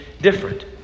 different